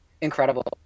incredible